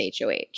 HOH